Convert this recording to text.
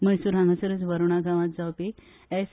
म्हैसूर हांगासरूच वरूणा गावात जावपी एस